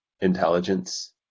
intelligence